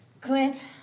Clint